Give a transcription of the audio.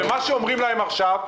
מה שאומרים להם עכשיו,